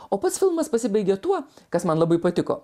o pats filmas pasibaigė tuo kas man labai patiko